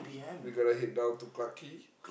we gotta head down to Clarke-Quay